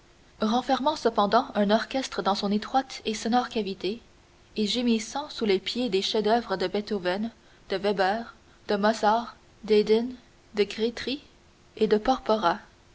renfermant cependant un orchestre dans son étroite et sonore cavité et gémissant sous le poids des chefs-d'oeuvre de beethoven de weber de mozart d'haydn de grétry et de